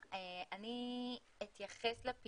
אני רוצה לשמוע היום בוועדה ממשרד התחבורה